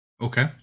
Okay